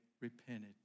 repented